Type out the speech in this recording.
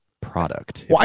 product